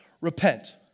Repent